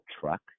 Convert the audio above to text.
truck